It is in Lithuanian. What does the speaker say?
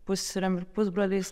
pusseserėm ir pusbroliais